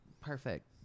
Perfect